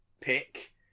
pick